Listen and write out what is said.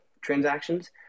transactions